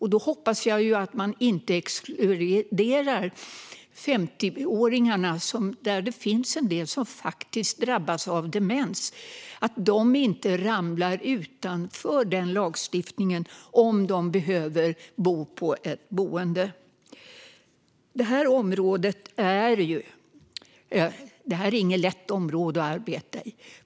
Jag hoppas att man inte exkluderar de 50-åringar som faktiskt drabbas av demens. De får inte ramla utanför lagstiftningen, om de behöver ett boende. Det här är inget lätt område att arbeta med.